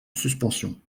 suspension